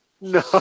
No